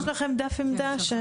יש לכם דף עמדה?